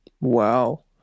Wow